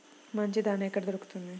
మంచి దాణా ఎక్కడ దొరుకుతుంది?